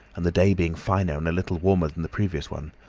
and the day being finer and a little warmer than the previous one,